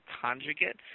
conjugate